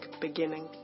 beginning